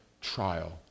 trial